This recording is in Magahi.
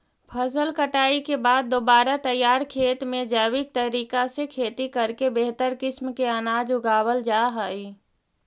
फसल कटाई के बाद दोबारा तैयार खेत में जैविक तरीका से खेती करके बेहतर किस्म के अनाज उगावल जा हइ